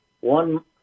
one